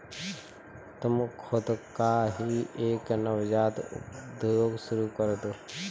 तुम खुद का ही एक नवजात उद्योग शुरू करदो